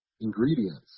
ingredients